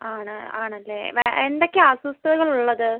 ആണ് ആണല്ലേ വേറെ എന്തൊക്കെയാണ് അസ്വസ്ഥതകൾ ഉള്ളത്